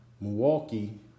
Milwaukee